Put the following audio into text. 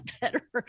better